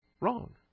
wrong